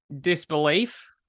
disbelief